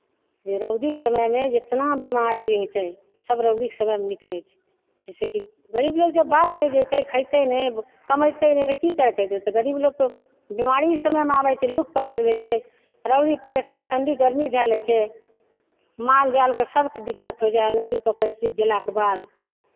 जे रौदीक समयमे जेतना बेमारी होइ छै सभ रौदीक समयमे निकलै छै जैसेकि गरीब लोक जब बाध नहि जयतै खयतै नहि कमयतै नहि तऽ की कए कऽ देतै गरीब लोकके बीमारी समयमे आबै छै लू पकड़ि लै छै रौदी परेशान ठण्डी गरमी धए लै छै माल जालकेँ सभकेँ दिक्कत होय जाइ हइ नदी पोखरि सुखि गेलाक बाद